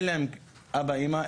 אין להם אבא ואימא,